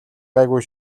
гайгүй